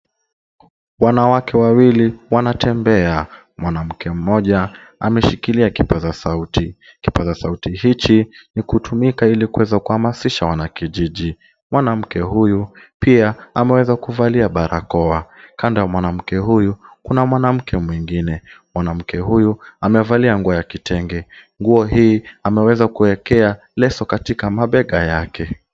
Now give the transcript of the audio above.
Wanawake wawili wanatembea, mwanamke mmoja ameshikilia kipaza sauti, kipaza sauti hichi ni kutumika ili kuweza kuhamasisha wanakijiji. Mwanamke huyu pia ameweza kuvalia barakoa, kando ya mwanamke huyu kuna mwanamke mwingine, mwanamke huyu amevalia nguo ya kitenge, nguo hii ameweza kuwekea leso katika mabega yake.